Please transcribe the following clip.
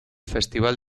festival